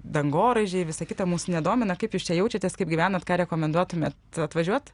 dangoraižiai visa kita mūsų nedomina kaip jūs čia jaučiatės kaip gyvenat ką rekomenduotumėt atvažiuot